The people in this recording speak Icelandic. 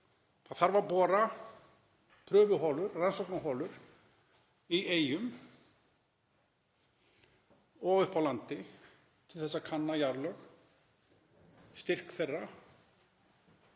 Það þarf að bora prufuholur, rannsóknarholur, í Eyjum og uppi á landi til að kanna jarðlög, styrk þeirra